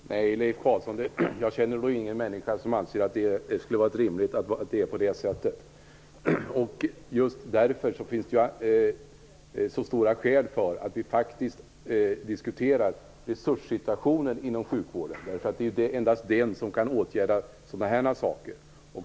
Herr talman! Nej, Leif Carlson, jag känner ingen människa som anser att det är rimligt. Det är just därför det finns så starka skäl att faktiskt diskutera resurssituationen inom sjukvården. Det är ju endast genom den vi kan åtgärda sådana här saker.